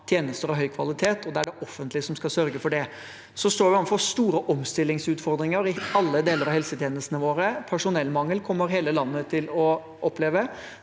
tjenester av høy kvalitet, og det er det offentlige som skal sørge for det. Vi står overfor store omstillingsutfordringer i alle deler av helsetjenestene våre. Personellmangel kommer hele landet til å oppleve.